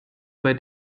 bei